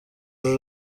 uru